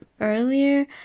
earlier